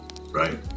Right